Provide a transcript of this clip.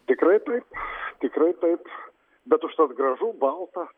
tikrai taip tikrai taip bet užtat gražu balta